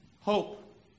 Hope